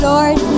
Lord